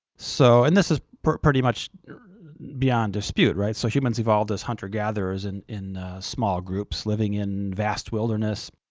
so and this is pretty much beyond dispute, right? so humans evolved as hunter-gatherers and in small groups living in vast wilderness,